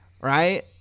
Right